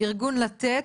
ארגון לתת.